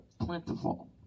plentiful